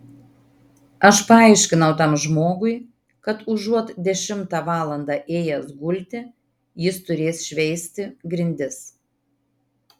aš paaiškinau tam žmogui kad užuot dešimtą valandą ėjęs gulti jis turės šveisti grindis